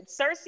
cersei